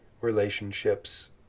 relationships